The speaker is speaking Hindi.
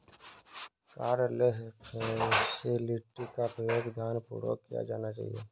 कार्डलेस फैसिलिटी का उपयोग ध्यानपूर्वक किया जाना चाहिए